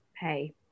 pay